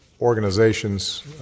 organizations